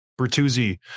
bertuzzi